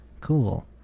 cool